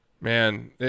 Man